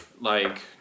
Like-